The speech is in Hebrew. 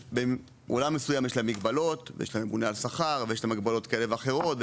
שבעולם מסוים יש להם מגבלות ויש להם הגבלות כאלה ואחרות,